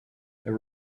there